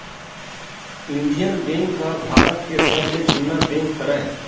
Indian bank ह भारत के सबले जुन्ना बेंक हरय